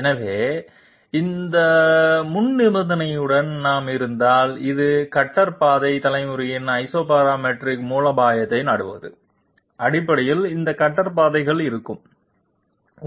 எனவே அந்த முன்நிபந்தனையுடன் நாம் இருந்தால் - இது கட்டர் பாதை தலைமுறையின் ஐசோபராமெட்ரிக் மூலோபாயத்தை நாடுவது அடிப்படையில் இந்த கட்டர் பாதைகள் இருக்கும்